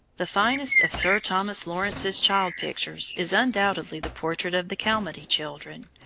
the finest of sir thomas lawrence's child pictures is undoubtedly the portrait of the calmady children,